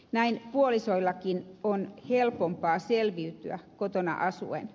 näin puolisoillakin on helpompaa selviytyä kotona asuen